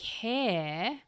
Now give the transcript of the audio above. care